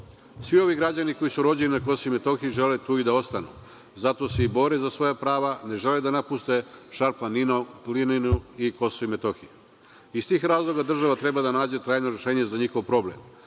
Svi ovi građani koji su rođeni na KiM žele tu i da ostanu. Zato se i bore za svoja prava, ne žele da napuste Šar-planinu i KiM. Iz tih razloga država treba da nađe trajno rešenje za njihov problem.U